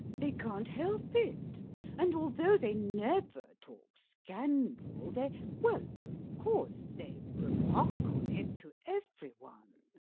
they can't help it and although they never talk scandal, they well, of course they remark on it to every one.